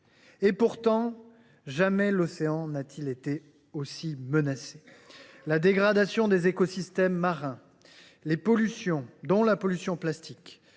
pourtant l’océan n’a été aussi menacé. La dégradation des écosystèmes marins, les pollutions – dont la pollution plastique